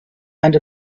and